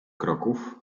kroków